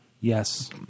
Yes